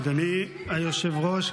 אדוני היושב-ראש,